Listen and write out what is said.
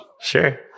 sure